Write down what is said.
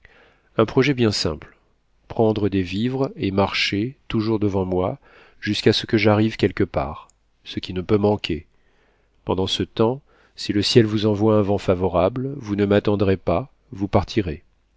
un projet bien simple prendre des vivres et marcher toujours devant moi jusqu'à ce que j'arrive quelque part ce qui ne peut manquer pendant ce temps si le ciel vous envoie un vent favorable vous ne m'attendrez pas vous partirez